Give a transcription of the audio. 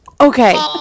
okay